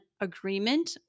agreement